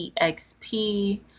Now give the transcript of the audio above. EXP